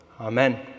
Amen